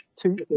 two